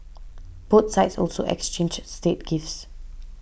both sides also exchanged state gifts